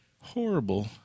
horrible